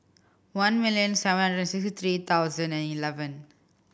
one million seven hundred sixty three thousand and eleven